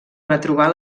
retrobar